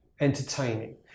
entertaining